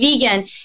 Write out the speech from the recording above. vegan